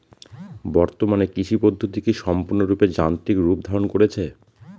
বর্তমানে কৃষি পদ্ধতি কি সম্পূর্ণরূপে যান্ত্রিক রূপ ধারণ করেছে?